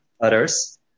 others